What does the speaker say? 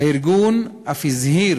הארגון אף הזהיר